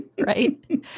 right